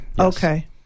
Okay